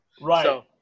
Right